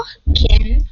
כמו כן,